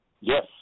Yes